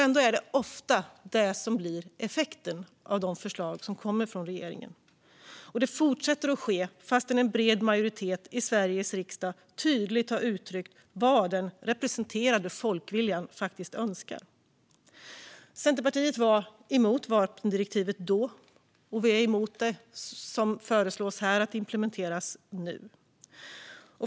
Ändå blir det ofta effekten av regeringens förslag. Detta fortsätter att ske, trots att en bred majoritet i Sveriges riksdag tydligt har uttryckt vad den representerade folkviljan önskar. Centerpartiet var emot vapendirektivet då, och vi är emot det som föreslås nu.